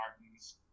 Martins